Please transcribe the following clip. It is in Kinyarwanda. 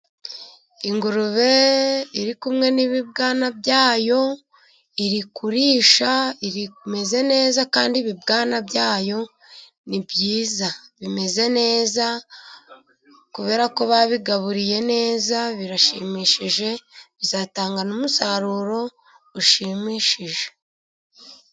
Ingurube iri kumwe n'ibibwana byayo. Iri kurisha imeze neza kandi ibibwana byayo ni byiza. Bimeze neza kubera ko babigaburiye neza birashimishije. Bizatanga n'umusaruro ushimishije.